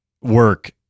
work